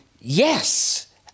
yes